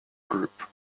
group